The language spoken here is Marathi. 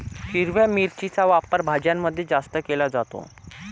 हिरव्या मिरचीचा वापर भाज्यांमध्ये जास्त केला जातो